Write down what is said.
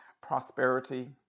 prosperity